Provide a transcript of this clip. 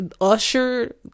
Usher